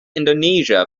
indonesia